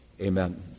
amen